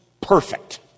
perfect